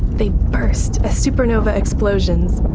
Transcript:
they burst as supernova explosions,